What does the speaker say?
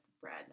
bread